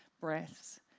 breaths